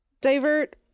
divert